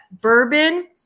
Bourbon